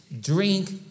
drink